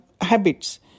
habits